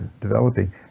developing